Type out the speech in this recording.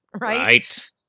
right